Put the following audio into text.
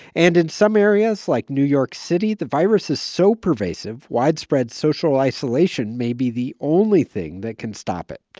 and in some areas like new york city, the virus is so pervasive, widespread social isolation may be the only thing that can stop it.